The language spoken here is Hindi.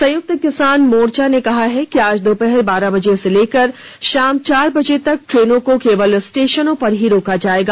संयुक्त किसान मोर्चा ने कहा है कि आज दोपहर बारह बजे से लेकर शाम चार बजे तक ट्रेनों को केवल स्टेशनों पर ही रोका जाएगा